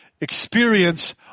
experience